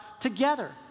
together